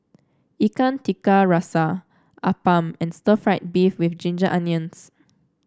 Ikan Tiga Rasa appam and stir fry beef with Ginger Onions